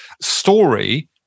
story